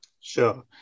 Sure